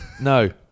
No